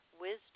wisdom